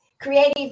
creative